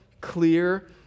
clear